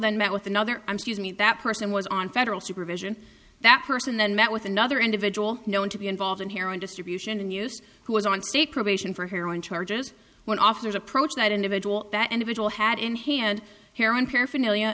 then met with another m scuse me that person was on federal supervision that person then met with another individual known to be involved in here on distribution and use who was on state probation for heroin charges when officers approached that individual that individual had in hand here on paraphernalia